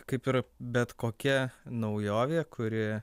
kaip ir bet kokia naujovė kuri